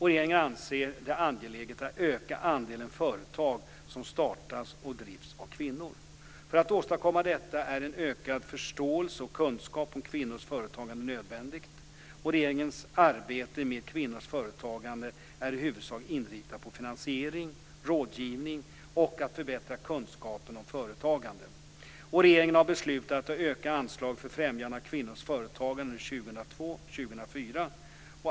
Regeringen anser det angeläget att öka andelen företag som startas och drivs av kvinnor. För att åstadkomma detta är en ökad förståelse och kunskap om kvinnors företagande nödvändig. Regeringens arbete med kvinnors företagande är i huvudsak inriktat på finansiering, rådgivning och att förbättra kunskapen om företagande. Regeringen har beslutat att öka anslaget för främjande av kvinnors företagande under 2002-2004.